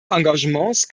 engagements